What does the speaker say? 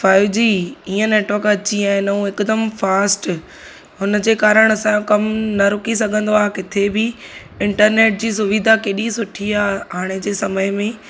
five जी ईअं network अची विया आहिनि ऐं हिकदमि फास्ट उनजे कारण असांजो कमु न रुकी सघंदो आहे किथे बि इंटरनेट जी सुविधा केॾी सुठी आहे हाणे जे समय में